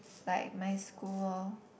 like my school